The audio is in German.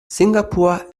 singapur